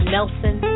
Nelson